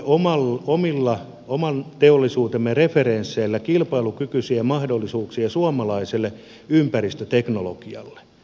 me luomme oman teollisuutemme referensseillä kilpailukykyisiä mahdollisuuksia suomalaiselle ympäristöteknologialle